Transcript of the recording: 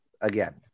Again